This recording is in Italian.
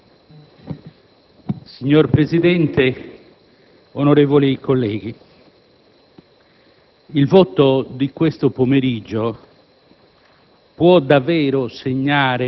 Signor Presidente, onorevoli colleghi, il voto di questo pomeriggio